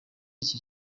iki